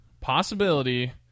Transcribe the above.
possibility